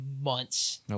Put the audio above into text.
months